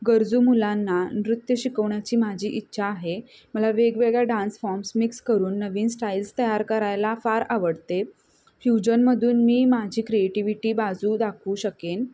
गरजू मुलांना नृत्य शिकवण्याची माझी इच्छा आहे मला वेगवेगळ्या डान्स फॉम्स मिक्स करून नवीन स्टाईल्स तयार करायला फार आवडते फ्युजनमधून मी माझी क्रिएटिव्हिटी बाजू दाखवू शकेन